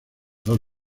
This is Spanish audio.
dos